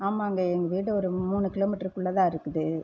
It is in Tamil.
ஆமாங்க எங்கள் வீடு ஒரு மூணு கிலோ மீட்டருக்கு உள்ளே தான் இருக்குது